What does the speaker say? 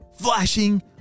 flashing